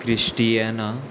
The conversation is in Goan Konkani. क्रिश्टियेन